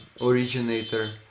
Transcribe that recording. originator